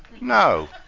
No